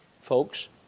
Folks